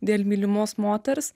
dėl mylimos moters